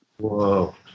Whoa